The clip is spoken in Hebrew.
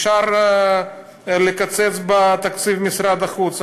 אפשר לקצץ בתקציב משרד החוץ.